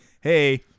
Hey